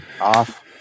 off